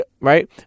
right